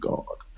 God